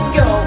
go